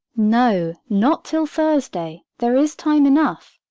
no, not till thursday there is time enough.